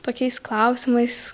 tokiais klausimais